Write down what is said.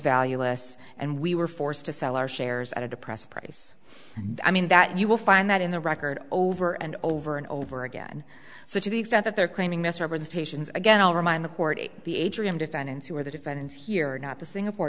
valueless and we were forced to sell our shares at a depressed price i mean that you will find that in the record over and over and over again so to the extent that they're claiming misrepresentations again i'll remind the court it be a jury of defendants who are the defendants here not the singapore